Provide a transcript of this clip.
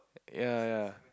ya ya